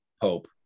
Pope